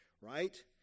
right